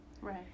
right